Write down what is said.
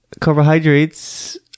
carbohydrates